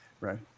Right